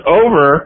over